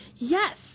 Yes